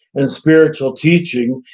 and spiritual teaching,